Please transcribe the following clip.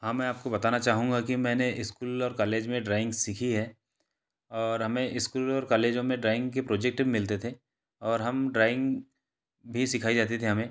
हाँ मैं आपको बताना चाहूँगा कि मैंने इस्कूल और कालेज में ड्राइंग सीखी है और हमें इस्कूल और कालेजों में ड्राइंग के प्रोजेक्ट मिलते थे और हम ड्राइंग भी सिखाई जाती थी हमें